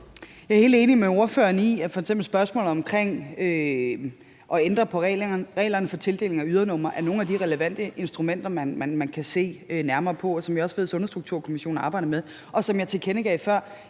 Jeg er helt enig med ordføreren i, at f.eks. spørgsmålet om at ændre på reglerne for tildeling af ydernumre er et af de relevante instrumenter, man kan se nærmere på, og som jeg også ved at Sundhedsstrukturkommissionen arbejder med. Som jeg tilkendegav før,